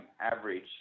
average